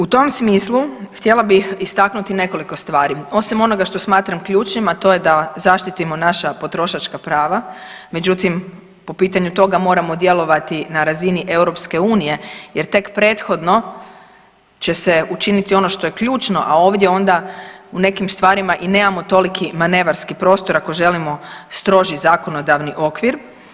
U tom smislu htjela bih istaknuti nekoliko stvari, osim onoga što smatram ključnim, a to je da zaštitimo naša potrošačka prava, međutim po pitanju toga moramo djelovati na razini EU jer tek prethodno će se učiniti ono što je ključno, a ovdje onda u nekim stvarima i nemamo toliki manevarski prostor ako želimo stroži zakonodavni okvir.